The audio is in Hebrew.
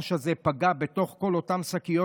והבואש הזה פגע בכל אותן השקיות,